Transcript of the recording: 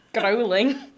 growling